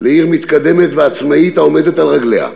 לעיר מתקדמת ועצמאית העומדת על רגליה,